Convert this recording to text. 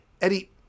Eddie